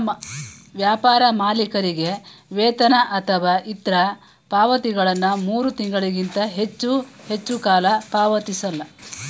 ವ್ಯಾಪಾರ ಮಾಲೀಕರಿಗೆ ವೇತನ ಅಥವಾ ಇತ್ರ ಪಾವತಿಗಳನ್ನ ಮೂರು ತಿಂಗಳಿಗಿಂತ ಹೆಚ್ಚು ಹೆಚ್ಚುಕಾಲ ಪಾವತಿಸಲ್ಲ